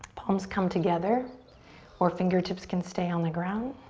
palms come together or fingertips can stay on the ground.